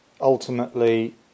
ultimately